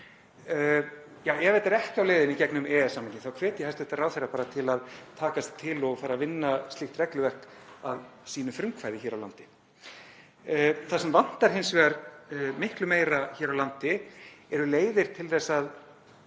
Ef þetta er ekki á leiðinni í gegnum EES-samninginn þá hvet ég hæstv. ráðherra til að taka sig til og fara að vinna slíkt regluverk að sínu frumkvæði hér á landi. Þar sem vantar hins vegar miklu meira hér á landi eru leiðir til að